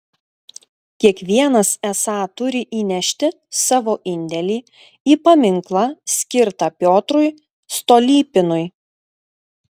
kiekvienas esą turi įnešti savo indėlį į paminklą skirtą piotrui stolypinui